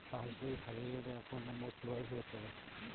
পাসবই হারিয়ে গেলে account number কিভাবে ফেরত পাব?